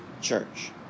Church